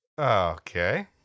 Okay